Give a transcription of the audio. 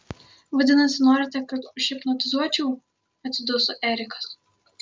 vadinasi norite kad užhipnotizuočiau atsiduso erikas